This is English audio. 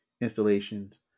installations